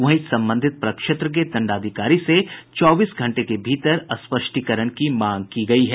वहीं संबंधित प्रक्षेत्र के दंडाधिकारी से चौबीस घंटे के भतीर स्पष्टीकरण की मांग की गयी है